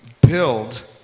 build